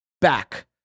back